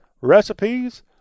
recipes